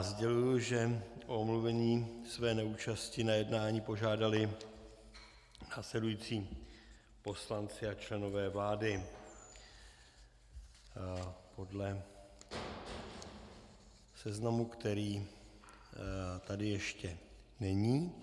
Sděluji, že o omluvení své neúčasti na jednání požádali následující poslanci a členové vlády podle seznamu, který tady ještě není.